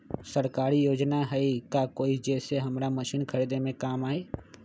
सरकारी योजना हई का कोइ जे से हमरा मशीन खरीदे में काम आई?